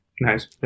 Nice